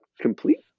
complete